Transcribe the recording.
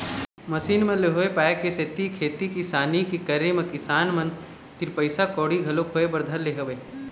machine मन ले होय पाय के सेती खेती किसानी के करे म किसान मन तीर पइसा कउड़ी घलोक होय बर धर ले हवय